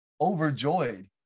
overjoyed